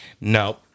no